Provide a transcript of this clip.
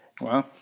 Wow